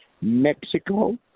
Mexico